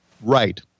Right